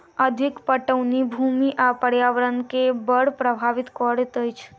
अधिक पटौनी भूमि आ पर्यावरण के बड़ प्रभावित करैत अछि